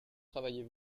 travaillez